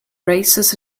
races